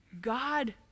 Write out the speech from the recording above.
God